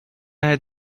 had